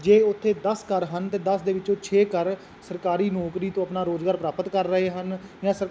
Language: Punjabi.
ਜੇ ਉੱਥੇ ਦਸ ਘਰ ਹਨ ਅਤੇ ਦਸ ਦੇ ਵਿੱਚੋਂ ਛੇ ਘਰ ਸਰਕਾਰੀ ਨੌਕਰੀ ਤੋਂ ਆਪਣਾ ਰੁਜ਼ਗਾਰ ਪ੍ਰਾਪਤ ਕਰ ਰਹੇ ਹਨ ਜਾਂ ਸ